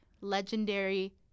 Legendary